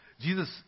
Jesus